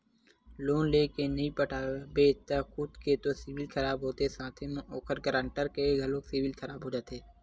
loan लेय के नइ पटाबे त खुद के तो सिविल खराब होथे साथे म ओखर गारंटर के घलोक सिविल खराब हो जाथे